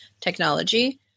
technology